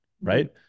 right